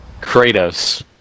Kratos